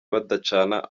badacana